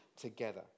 together